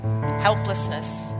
helplessness